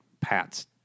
pats